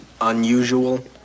unusual